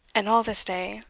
and all this day,